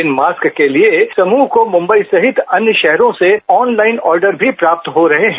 इन mask के लिए समूह को मुंबई सहित अन्य शहरों से ऑनलाइन ऑर्डर मी प्राप्त हो रहे हैं